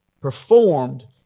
performed